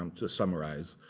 um to summarize.